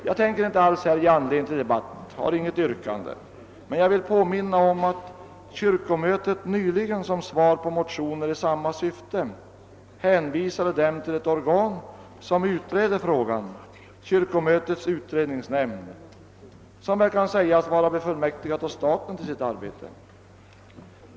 Jag ämnar inte här dra upp någon debatt — jag har inget yrkande — men jag vill påminna om att kyrkomötet nyligen som svar på motioner i samma syfte hänvisade dem till ett organ som utreder frågan, kyrkomötets utredningsnämnd, som väl kan sägas vara befullmäktigad av staten för sitt arbete.